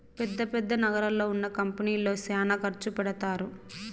పెద్ద పెద్ద నగరాల్లో ఉన్న కంపెనీల్లో శ్యానా ఖర్చు పెడతారు